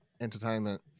Entertainment